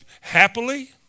happily